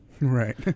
Right